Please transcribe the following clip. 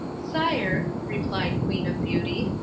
sire, replied queen of beauty,